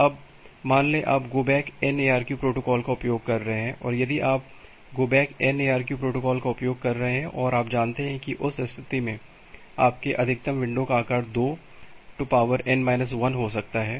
अब मान लें कि आप go back N ARQ protocol का उपयोग कर रहे हैं यदि आप go back N ARQ protocol का उपयोग कर रहे हैं और आप जानते हैं कि उस स्थिति में आपके अधिकतम विंडो का आकार 2n 1 हो सकता है